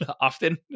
often